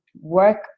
work